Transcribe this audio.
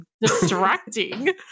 distracting